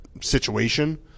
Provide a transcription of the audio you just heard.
situation